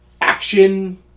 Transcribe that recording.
action